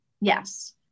Yes